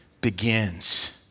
begins